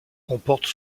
comportent